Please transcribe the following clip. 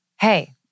hey